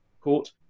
court